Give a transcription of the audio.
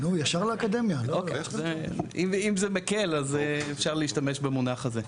אם זה מקל אז אפשר להשתמש במונח הזה.